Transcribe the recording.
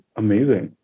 amazing